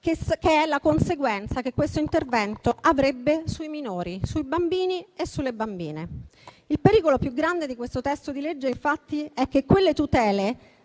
che è la conseguenza che questo intervento avrebbe sui minori, sui bambini e sulle bambine. Il pericolo più grande di questo testo di legge, infatti, è che quelle tutele,